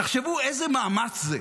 תחשבו איזה מאמץ זה